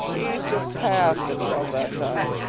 he surpassed himself that time.